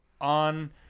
on